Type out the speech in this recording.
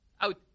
out